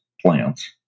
plants